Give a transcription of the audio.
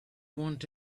want